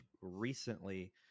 recently